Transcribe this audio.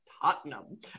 Tottenham